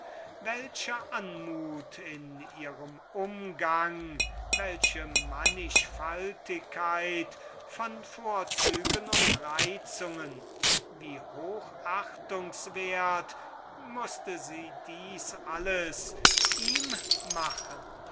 welche anmut in ihrem umgang was für eine manchfaltigkeit von vorzügen und reizungen wie hochachtungswert mußte sie das alles ihm machen